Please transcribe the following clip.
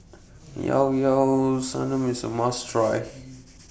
Llao Llao Sanum IS A must Try